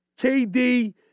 KD